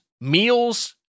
Meals